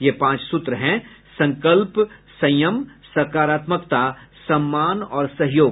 यह पांच सूत्र हैं संकल्प संयम सकारात्मकता सम्मान और सहयोग